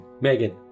Megan